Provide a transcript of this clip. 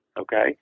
okay